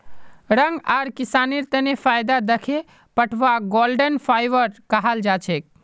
रंग आर किसानेर तने फायदा दखे पटवाक गोल्डन फाइवर कहाल जाछेक